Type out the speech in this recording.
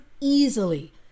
easily